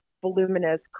voluminous